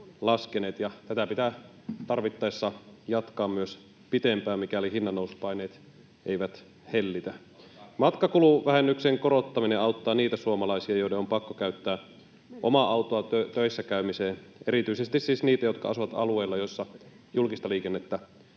tätä pitää tarvittaessa jatkaa myös pitempään, mikäli hinnannousupaineet eivät hellitä. Matkakuluvähennyksen korottaminen auttaa niitä suomalaisia, joiden on pakko käyttää omaa autoa töissäkäymiseen, erityisesti siis niitä, jotka asuvat alueilla, joissa julkista liikennettä